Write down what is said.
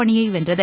அணியை வென்றது